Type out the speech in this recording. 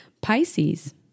Pisces